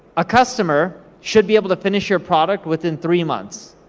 a customer should be able to finish your product within three months,